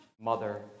mother